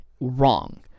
wrong